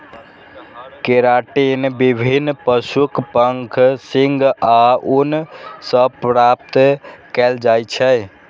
keratin विभिन्न पशुक पंख, सींग आ ऊन सं प्राप्त कैल जाइ छै